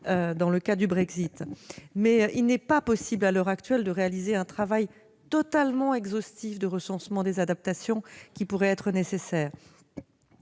dans le cas du Brexit. Il n'est pas possible, à l'heure actuelle, de réaliser un travail totalement exhaustif de recensement des adaptations qui pourraient être nécessaires.